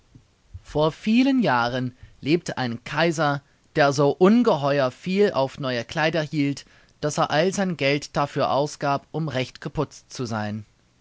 vor vielen jahren lebte ein kaiser der so ungeheuer viel auf neue kleider hielt daß er all sein geld dafür ausgab um recht geputzt zu sein